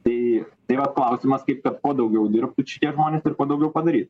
tai tai vat klausimas kaip kad kuo daugiau dirbtų šitie žmonės ir daugiau padaryt